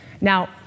Now